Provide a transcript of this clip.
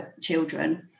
children